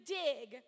dig